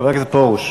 חבר הכנסת פרוש.